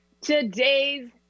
Today's